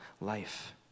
life